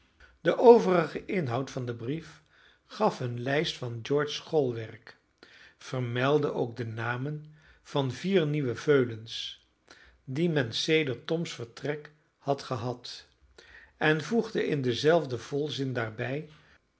de overige inhoud van den brief gaf een lijst van george's schoolwerk vermeldde ook de namen van vier nieuwe veulens die men sedert toms vertrek had gehad en voegde in denzelfden volzin daarbij